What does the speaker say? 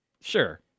sure